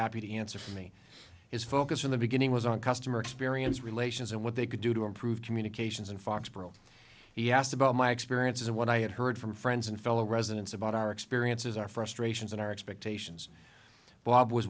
happy to answer for me his focus from the beginning was on customer experience relations and what they could do to improve communications in foxborough he asked about my experiences and what i had heard from friends and fellow residents about our experiences our frustrations and our expectations bob was